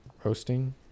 Hosting